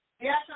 Yes